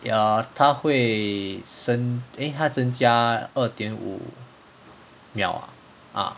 ya 他会增 eh 会增加二点五秒 ah uh